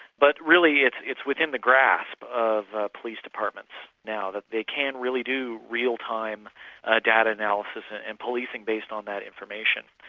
but really, it's it's within the grasp of police departments now, that they can really do real-time ah data analysis and and policing based on that information.